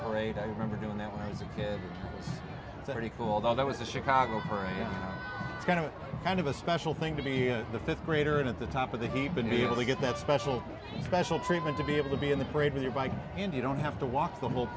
parade i remember doing that when i was a kid thirty call that was the chicago fire kind of kind of a special thing to be here the fifth grader at the top of the heap and be able to get that special special treatment to be able to be in the parade with your bike and you don't have to walk the